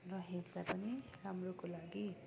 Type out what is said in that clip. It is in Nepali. र हेल्थलाई पनि राम्रोको लागि